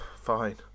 fine